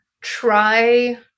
try